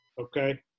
Okay